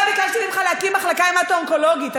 לא ביקשתי ממך להקים מחלקה המטו-אונקולוגית.